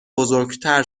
بزرگتر